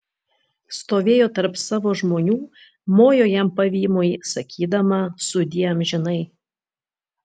stovėjo tarp savo žmonių mojo jam pavymui sakydama sudie amžinai